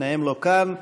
ושניהם לא כאן.